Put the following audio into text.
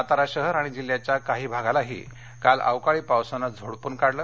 सातारा शहर आणि जिल्ह्याच्या काही भागालाही काल अवकाळी पावसानं झोडपून काढलं